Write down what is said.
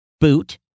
boot